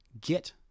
get